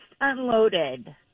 unloaded